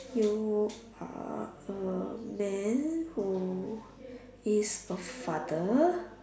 you are a man who is a father